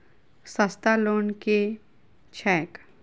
सस्ता लोन केँ छैक